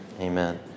amen